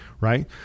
right